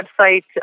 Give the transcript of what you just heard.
website